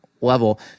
level